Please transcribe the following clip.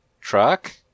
truck